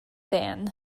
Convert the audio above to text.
than